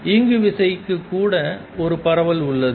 இயங்குவிசைக்கு கூட ஒரு பரவல் உள்ளது